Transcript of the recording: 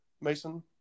Mason